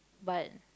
but